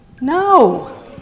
No